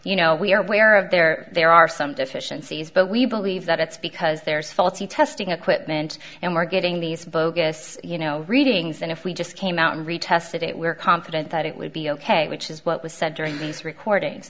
you know we are aware of there there are some deficiencies but we believe that it's because there's faulty testing equipment and we're getting these bogus you know readings and if we just came out retested it we're confident that it would be ok which is what was said during these recordings